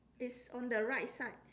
it's on the right side